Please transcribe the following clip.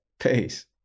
Peace